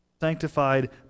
sanctified